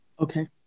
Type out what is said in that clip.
okay